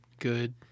Good